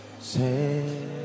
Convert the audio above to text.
say